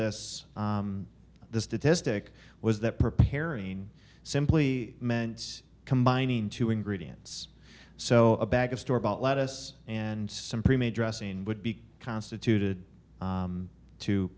this the statistic was that preparing simply meant combining two ingredients so a bag of store bought lettuce and some pre made dressing would be constituted